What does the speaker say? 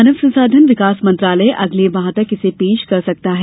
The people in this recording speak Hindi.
मानव संसाधन विकास मंत्रालय अगले माह तक इसे पेश कर सकता है